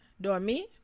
dormi